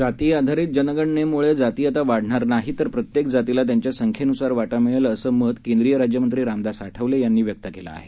जाती आधारित जनगणनेमुळे जातीयता वाढणार नाही तर प्रत्येक जातीला त्यांच्या संख्येनुसार वाटा मिळेल असं मत केंद्रीय राज्यमंत्री रामदास आठवले यांनी व्यक्त केलं आहे